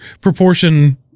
proportion